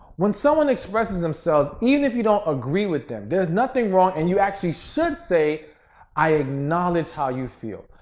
when someone expresses themselves even if you don't agree with them, there's nothing wrong and you actually should say i acknowledge how you feel,